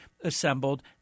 assembled